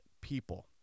people